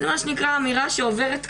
זאת אמירה שעוברת ככה.